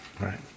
Right